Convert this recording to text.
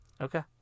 Okay